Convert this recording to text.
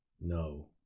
No